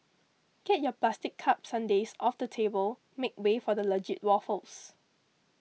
get your plastic cup sundaes off the table make way for legit waffles